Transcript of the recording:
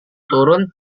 turun